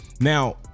Now